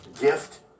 Gift